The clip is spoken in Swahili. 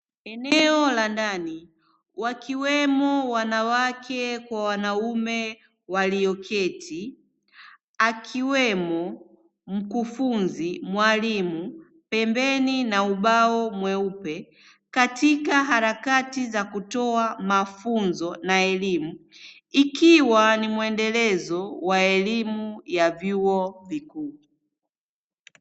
Eneo la ndani wakiwemo wanawake kwa wanaume walioketi aliwemo mkufunzi mwalimu, pembeni mwa ubao mweupe katika harakati za kutoa mafunzo na elimu, ikiwa ni muendelezo wa elimu ya vyuo vikuu.